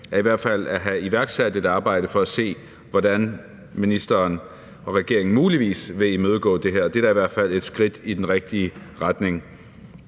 i hvert fald har iværksat et arbejde for at se, hvordan ministeren og regeringen muligvis vil imødegå det her. Det er da i hvert fald et skridt i den rigtige retning.